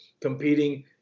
competing